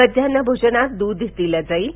माध्यान्ह भोजनात दूध दिलं जाईल